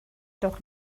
doch